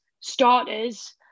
starters